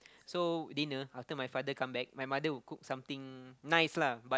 so dinner after my father come back my mother will cook something nice lah but